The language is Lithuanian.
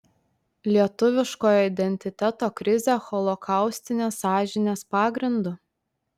lietuviškojo identiteto krizė holokaustinės sąžinės pagrindu